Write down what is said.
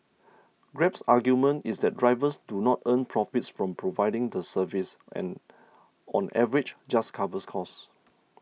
Grab's argument is that drivers do not earn profits from providing the service and on average just covers costs